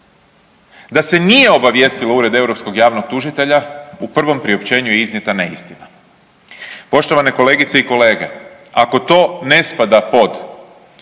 da se nije obavijestilo Ured Europskog javnog tužitelja u prvom priopćenju je iznijeta neistina. Poštovane kolegice i kolege ako to ne spada pod